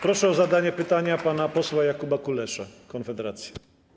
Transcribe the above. Proszę o zadanie pytania pana posła Jakuba Kuleszę, Konfederacja.